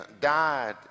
died